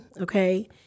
Okay